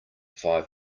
five